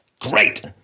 Great